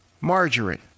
margarine